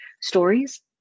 Stories